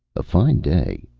a fine day,